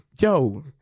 yo